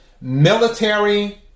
military